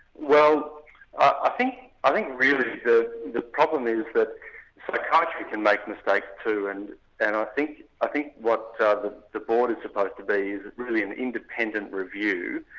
well i think i think really the problem is that psychiatry can make mistakes too, and and i think i think what kind of the board is supposed to be is really an independent review